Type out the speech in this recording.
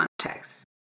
context